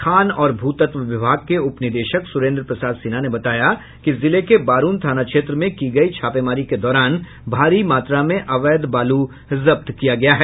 खान और भूतत्व विभाग के उप निदेशक सुरेन्द्र प्रसाद सिन्हा ने बताया कि जिले के बारूण थाना क्षेत्र में की गयी छापेमारी के दौरान भारी मात्रा में अवैध बालू जब्त किया गया है